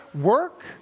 work